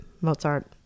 Mozart